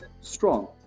strong